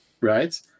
right